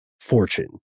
fortune